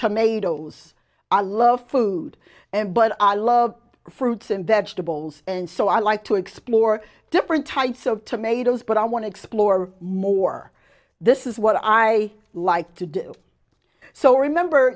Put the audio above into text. tomatoes i love food and but i love fruits and vegetables and so i like to explore different types of tomatoes but i want to explore more this is what i like to do so remember